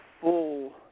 full